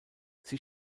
sie